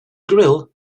grill